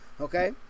Okay